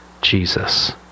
Jesus